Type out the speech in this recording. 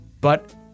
But-